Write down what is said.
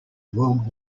world